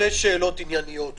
שתי שאלות ענייניות.